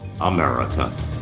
America